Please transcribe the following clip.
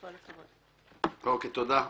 תודה.